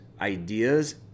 ideas